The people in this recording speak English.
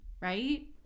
right